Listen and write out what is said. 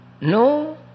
No